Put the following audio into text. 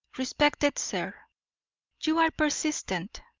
respected sir you are persistent.